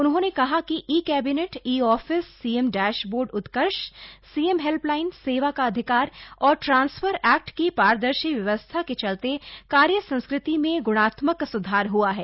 उन्होंने कहा कि e cabinet e office CM dash board Utkarsh CM helpline सेवा का अधिकार और ट्रांसफर एक्ट की पारदर्शी व्यवस्था के चलते कार्यसंस्कृति में ग्णात्मक स्धार हुआ है